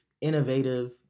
innovative